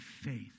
faith